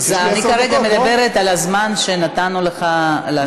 אני כרגע מדברת על הזמן שנתנו לך להשיב על הצעת החוק.